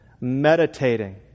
meditating